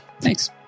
Thanks